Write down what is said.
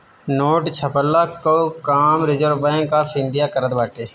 note छ्पला कअ काम रिजर्व बैंक ऑफ़ इंडिया करत बाटे